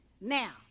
now